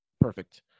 perfect